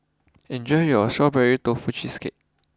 enjoy your Strawberry Tofu Cheesecake